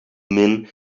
men